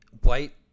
white